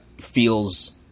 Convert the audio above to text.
feels